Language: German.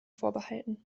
vorbehalten